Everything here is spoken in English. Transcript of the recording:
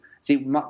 see